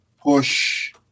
push